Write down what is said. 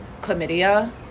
chlamydia